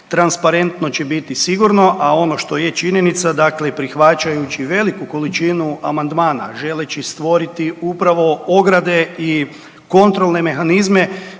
Transparentno će biti sigurno, a ono što je činjenica dakle prihvaćajući veliku količinu amandmana želeći stvoriti upravo ograde i kontrolne mehanizme